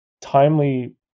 timely